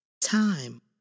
time